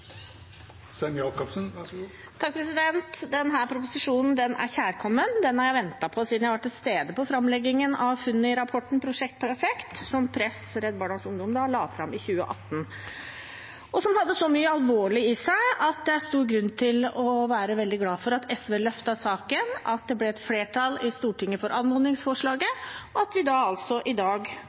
Den hadde så mye alvorlig i seg at det er stor grunn til å være veldig glad for at SV løftet saken, at det ble et flertall i Stortinget for anmodningsforslaget, og at vi i dag